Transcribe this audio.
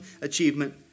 achievement